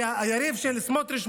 היריב של סמוטריץ',